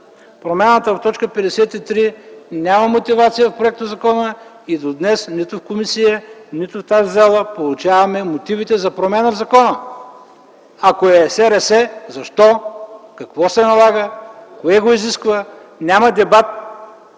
Промяната в т. 53 няма мотивация в законопроекта и до днес нито в комисията, нито в тази зала получаваме мотивите за промяна в закона. Ако е СРС, защо, какво се налага, кое го изисква? Няма дебат?!